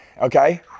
okay